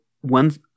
one